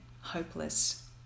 hopeless